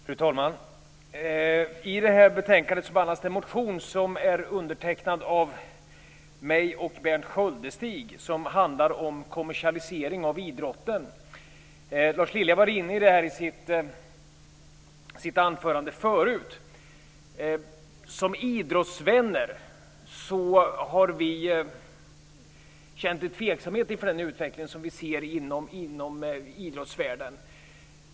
Fru talman! I betänkandet behandlas en motion som är undertecknad av mig och Berndt Sköldestig som handlar om kommersialisering av idrotten. Lars Lilja var inne på detta i sitt anförande förut. Som idrottsvänner har vi känt en tveksamhet inför den utveckling som vi ser inom idrottsvärlden.